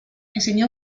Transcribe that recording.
enseñó